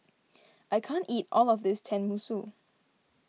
I can't eat all of this Tenmusu